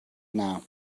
now